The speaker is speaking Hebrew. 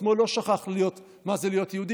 השמאל לא שכח מה זה להיות יהודי,